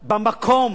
במקום,